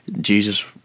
Jesus